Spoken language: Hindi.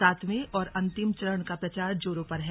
सातवें और अंतिम चरण का प्रचार जोरों पर है